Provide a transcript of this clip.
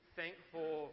thankful